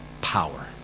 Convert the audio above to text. power